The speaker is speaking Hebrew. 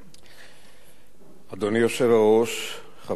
אדוני היושב-ראש, חברי השרים וחברי הכנסת,